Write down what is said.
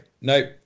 Nope